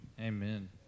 Amen